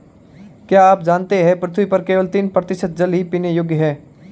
क्या आप जानते है पृथ्वी पर केवल तीन प्रतिशत जल ही पीने योग्य है?